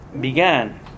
began